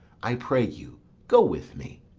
i pray you go with me.